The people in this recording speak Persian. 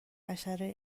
حشره